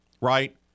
right